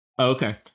Okay